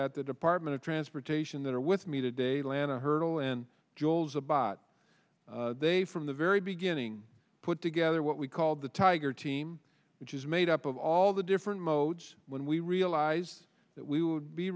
at the department of transportation that are with me today lana hurdle and jules a bot they from the very beginning put together what we called the tiger team which is made up of all the different modes when we realized that we would be